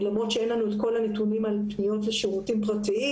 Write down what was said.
למרות שאין לנו את כל הנתונים על פניות לשירותים פרטיים,